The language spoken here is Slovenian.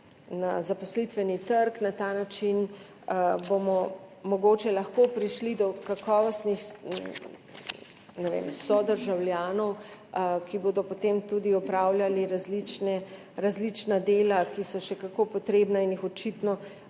na zaposlitveni trg. Na ta način bomo mogoče lahko prišli do kakovostnih sodržavljanov, ki bodo potem tudi opravljali različna dela, ki so še kako potrebna in jih očitno